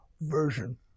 version